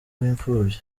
w’imfubyi